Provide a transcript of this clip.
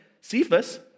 Cephas